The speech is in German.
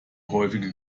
häufige